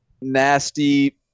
nasty